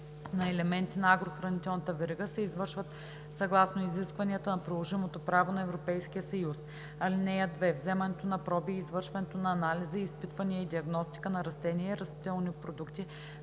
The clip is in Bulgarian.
съюз. (2) Вземането на проби и извършването на анализи, изпитвания и диагностика на растения и растителни продукти,